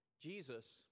Jesus